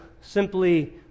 simply